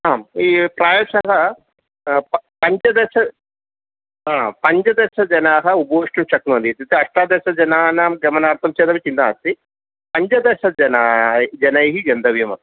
आम् प्रायशः पञ्चदश हा पञ्चदशजनाः उपवेष्टुं शक्नुवन्ति इत्युक्ते अष्टादशजनानां गमनार्थं चेदपि चिन्ता नस्ति पञ्चदशजना जनैः गन्तव्यमस्ति